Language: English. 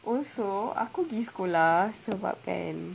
also aku pergi sekolah sebab kan